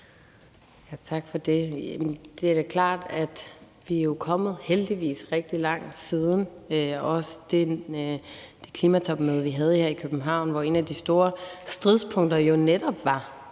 Tak for det. Det er da også klart, at vi – heldigvis – er kommet rigtig langt siden det klimatopmøde, vi havde her i København, hvor et af de store stridspunkter jo netop var,